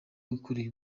wikoreye